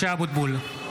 (קורא בשמות חברי הכנסת) משה אבוטבול,